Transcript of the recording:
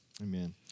Amen